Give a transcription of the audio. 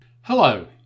Hello